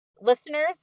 listeners